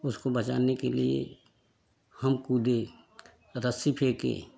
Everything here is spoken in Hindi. उसको बचाने के लिए हम कूदे रस्सी फेंके